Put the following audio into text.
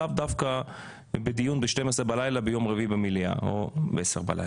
ולאו דווקא בדיון בחצות הלילה ביום רביעי במליאה או ב-22 בלילה.